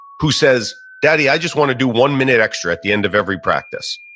who says, daddy, i just want to do one minute extra at the end of every practice.